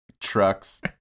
trucks